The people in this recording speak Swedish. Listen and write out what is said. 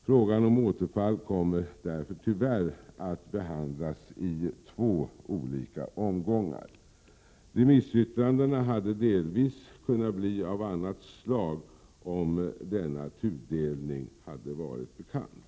Frågan om återfall kommer därför tyvärr att behandlas i två olika omgångar. Remissyttrandena hade delvis kunnat bli av annat slag om denna tudelning Prot. 1987/88:138 hade varit bekant.